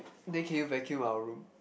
then can you vacuum our room